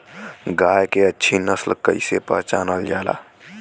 गाय के अच्छी नस्ल कइसे पहचानल जाला?